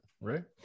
right